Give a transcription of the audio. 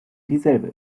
dieselbe